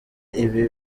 ibi